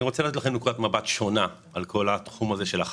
רוצה לתת לכם נקודת מבט שונה על כל נושא הכלי